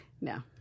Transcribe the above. no